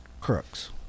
crooks